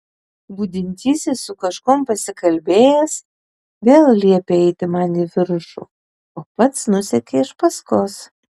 budintysis su kažkuom pasikalbėjęs vėl liepė eiti man į viršų o pats nusekė iš paskos